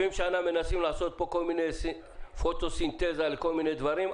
70 שנה מנסים לעשות פה כל מיני פוטוסינתזה לכל מיני דברים,